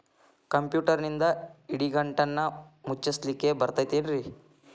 ಕಂಪ್ಯೂಟರ್ನಿಂದ್ ಇಡಿಗಂಟನ್ನ ಮುಚ್ಚಸ್ಲಿಕ್ಕೆ ಬರತೈತೇನ್ರೇ?